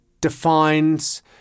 defines